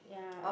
ya